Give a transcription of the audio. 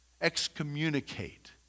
excommunicate